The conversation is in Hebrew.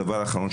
אוריאל,